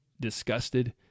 disgusted